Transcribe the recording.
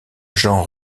jean